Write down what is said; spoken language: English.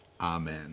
Amen